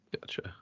Gotcha